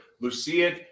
Lucia